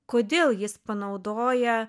kodėl jis panaudoja